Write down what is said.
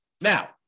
Now